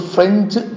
French